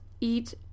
eat